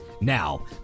Now